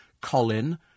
Colin